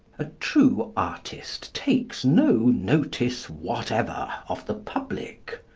a true artist takes no notice whatever of the public.